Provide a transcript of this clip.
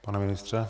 Pane ministře.